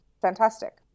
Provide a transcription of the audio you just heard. fantastic